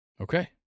Okay